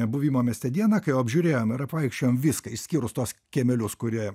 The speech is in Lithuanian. buvimo mieste dieną kai jau apžiūrėjom ir apvaikščiojom viską išskyrus tuos kiemelius kurie